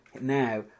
now